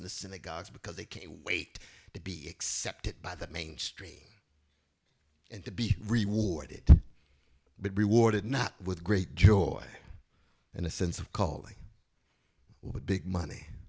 in the synagogues because they can't wait to be accepted by the mainstream and to be rewarded but rewarded not with great joy and a sense of calling with big money